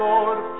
Lord